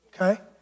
okay